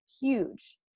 huge